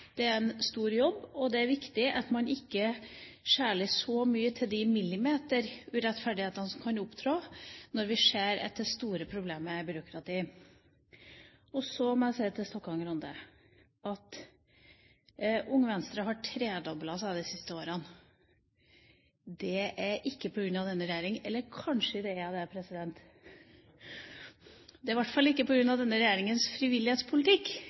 Det er en stor jobb, og det er viktig at man ikke skjeler så mye til de millimeterurettferdighetene som kan opptre når vi ser at det er store problemer i byråkratiet. Så må jeg si til Stokkan-Grande: Unge Venstre har tredoblet seg de siste årene. Det er ikke på grunn av denne regjeringa – eller kanskje det er det? Det er i hvert fall ikke på grunn av denne regjeringas frivillighetspolitikk,